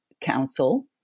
Council